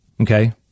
Okay